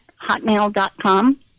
hotmail.com